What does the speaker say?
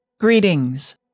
Greetings